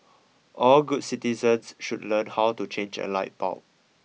all good citizens should learn how to change a light bulb